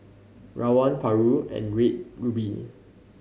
Rawon Paru and Red Ruby